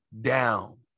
down